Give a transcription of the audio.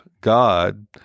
God